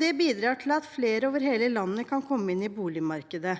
Det bidrar til at flere over hele landet kan komme inn i boligmarkedet.